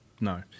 no